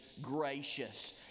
gracious